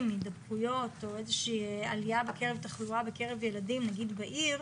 הידבקויות או איזושהי עלייה תחלואה בקרב ילדים בעיר,